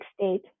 state